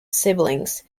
siblings